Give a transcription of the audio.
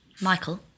Michael